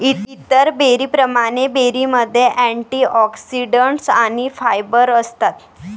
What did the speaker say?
इतर बेरींप्रमाणे, बेरीमध्ये अँटिऑक्सिडंट्स आणि फायबर असतात